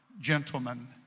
gentlemen